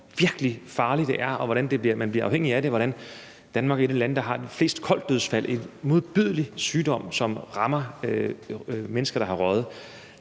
hvor virkelig farligt det er, og hvordan man bliver afhængig af det. Danmark er et af de lande, der har de fleste KOL-dødsfald – en modbydelig sygdom, som rammer mennesker, der har røget.